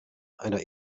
einer